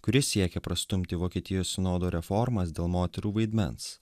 kuris siekia prastumti vokietijos sinodo reformas dėl moterų vaidmens